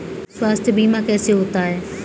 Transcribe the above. स्वास्थ्य बीमा कैसे होता है?